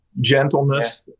Gentleness